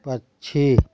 पक्षी